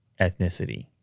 ethnicity